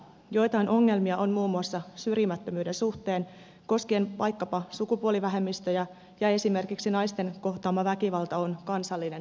joitain ongelmia on muun muassa syrjimättömyyden suhteen koskien vaikkapa sukupuolivähemmistöjä ja esimerkiksi naisten kohtaama väkivalta on kansallinen häpeäpilkku